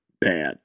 bad